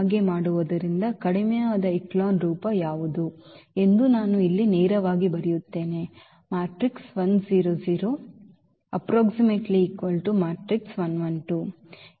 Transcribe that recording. ಆದ್ದರಿಂದ ಹಾಗೆ ಮಾಡುವುದರಿಂದ ಕಡಿಮೆಯಾದ ಎಚೆಲಾನ್ ರೂಪ ಯಾವುದು ಎಂದು ನಾನು ಇಲ್ಲಿ ನೇರವಾಗಿ ಬರೆಯುತ್ತಿದ್ದೇನೆ